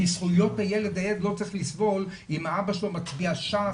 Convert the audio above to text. כי הילד לא צריך לסבול אם האבא שלו מצביע ש"ס